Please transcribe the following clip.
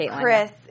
Chris